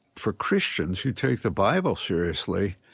for christians who take the bible seriously,